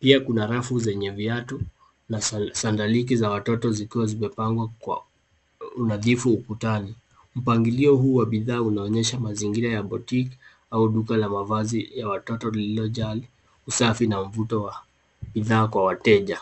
Pia kuna rafu zenye viatu na sandaliki za watoto zikiwa zimepangwa kwa unadhifu ukutani. Mpangilio huu wa bidhaa unaonyesha mazingira ya boutique au duka la mavazi ya watoto lililojaa usafi na mvuto wa bidhaa kwa wateja.